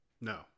No